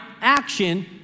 action